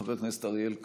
חבר הכנסת אריאל קלנר,